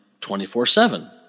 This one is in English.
24-7